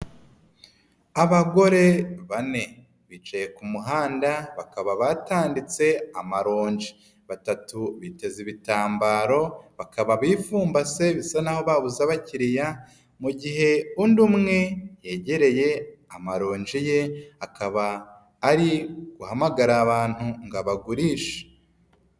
Abagore bane bicaye ku muhanda bakaba batanditse amaronji, batatu biteze ibitambaro bakaba bifumbase bisa naho babuze bakiriya mu gihe undi umwe yegereye amaronji ye akaba ari guhamagara abantu ngo abagurishe.